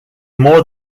more